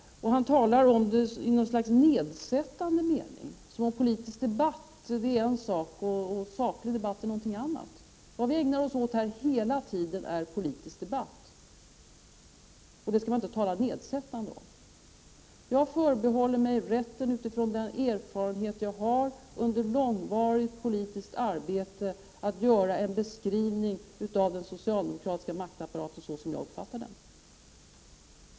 Han talar om det i något slags nedsättande mening, som om politisk debatt vore en sak och saklig debatt någonting annat. Vad vi hela tiden ägnar oss åt här är politisk debatt, och det skall man inte tala nedsättande om. Jag förbehåller mig rätten, med den erfarenhet jag har från långvarigt politiskt arbete, att göra en beskrivning av den socialdemokratiska maktapparaten såsom jag uppfattar den.